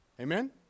Amen